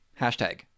Hashtag